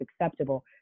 acceptable